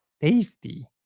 safety